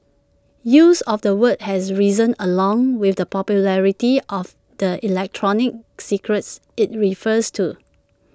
use of the word has risen along with the popularity of the electronic cigarettes IT refers to